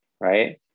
right